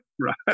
Right